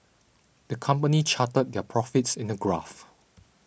the company charted their profits in a graph